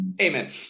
amen